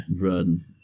run